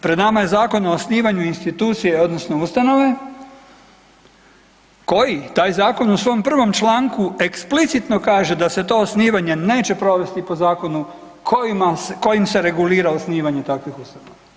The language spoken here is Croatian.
Pred nama je zakon o osnivanju institucije odnosno ustanove koji taj zakon u svom prvom članku eksplicitno kaže da se to osnivanje neće provesti po zakonu kojim se regulira osnivanje takvih ustanova.